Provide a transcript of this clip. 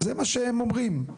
זה מה שהם אומרים,